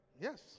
Yes